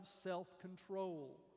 self-control